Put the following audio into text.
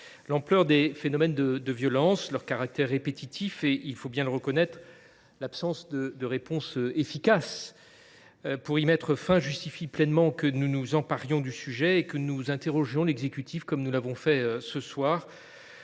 L’ampleur des phénomènes de violence, leur caractère répétitif et, il faut bien le reconnaître, l’absence de réponse efficace pour y mettre fin, justifie pleinement que nous nous emparions du sujet et que nous interrogions l’exécutif, comme nous l’avons fait ce soir,